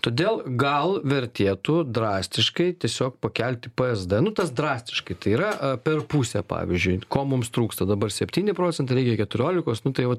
todėl gal vertėtų drastiškai tiesiog pakelti p es d nu tas drastiškai tai yra a per pusę pavyzdžiui ko mums trūksta dabar septyni procentai reikia keturiolikos nu tai vat